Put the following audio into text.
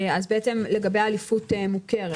אליפות מוכרת